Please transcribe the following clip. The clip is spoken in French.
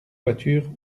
voiture